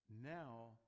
Now